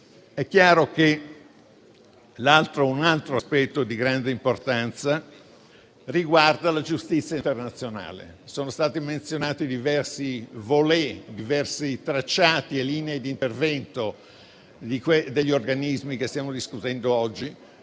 istituire. Un altro aspetto di grande importanza riguarda la giustizia internazionale. Sono stati menzionati diversi tracciati e linee di intervento degli organismi di cui stiamo discutendo oggi,